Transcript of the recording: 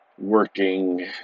Working